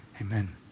Amen